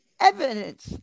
evidence